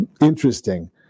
Interesting